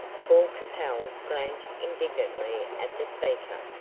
paul capel glanced indignantly at the speaker,